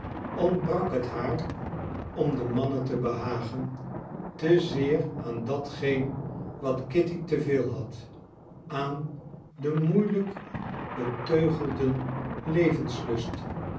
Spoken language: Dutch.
ontbrak het haar om de mannen te behagen te zeer aan datgeen wat kitty te veel had aan den moeielijk beteugelden levenslust